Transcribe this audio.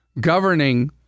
governing